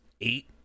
eight